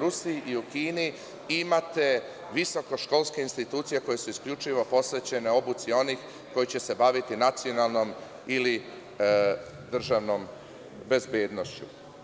Rusiji, Kini imate visokoškolske ustanove koje su isključivo posvećene obuci onih koji će se baviti nacionalnom ili državnom bezbednošću.